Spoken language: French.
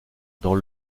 dans